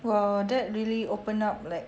!wow! that really open up like